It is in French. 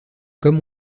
comme